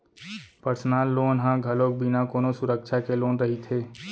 personal loan ह घलोक बिना कोनो सुरक्छा के लोन रहिथे